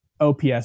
OPS